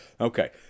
Okay